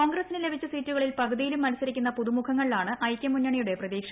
കോൺഗ്രസിന് ലഭിച്ച സീറ്റുകളിൽ പകുതിയിലും മത്സരിക്കുന്ന പുതുമുഖങ്ങളിലാണ് ഐക്യമുന്നണിയുടെ പ്രതീക്ഷ